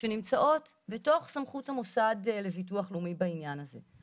שנמצאות בתוך סמכות המוסד לביטוח לאומי בעניין הזה.